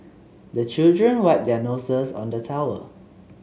the children wipe their noses on the towel